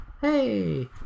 Hey